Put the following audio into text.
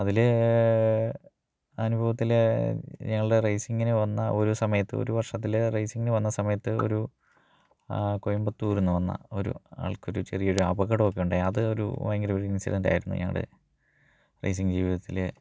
അതിൽ അനുഭവത്തിൽ ഞങ്ങളുടെ റേസിങ്ങിന് വന്ന ഒരു സമയത്ത് ഒരു വര്ഷത്തിൽ റേസിങ്ങിന് വന്ന സമയത്ത് ഒരു കോയമ്പത്തൂരുന്ന് വന്ന ഒരു ആള്ക്കൊരു ചെറിയൊരു അപകടമൊക്കെ ഉണ്ടായി അത് ഒരു ഭയങ്കര ഒരു ഇന്സിഡൻന്റ് ആയിരുന്നു ഞങ്ങളുടെ റേസിംഗ് ജീവിതത്തിലെ